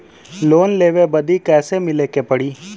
Loan लेवे बदी कैसे मिले के पड़ी?